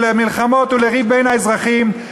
למלחמות ולריב בין האזרחים.